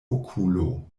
okulo